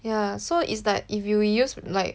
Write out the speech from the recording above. yah so is like if you use like